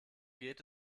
geht